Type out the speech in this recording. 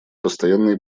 постоянные